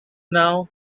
now